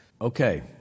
Okay